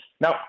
Now